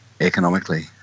economically